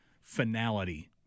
finality